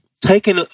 Taking